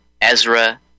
Ezra